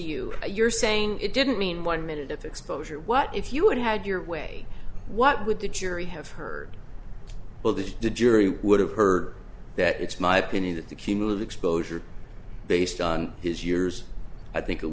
you you're saying it didn't mean one minute of exposure what if you had had your way what would the jury have heard well that the jury would have heard that it's my opinion that the key move the exposure based on his years i think it